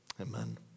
Amen